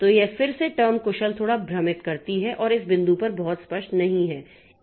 तो यह फिर से टर्म कुशल थोड़ा भ्रमित करती है और इस बिंदु पर बहुत स्पष्ट नहीं है